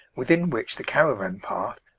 within which the caravan-path,